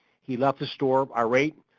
he left the store, irate,